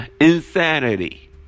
Insanity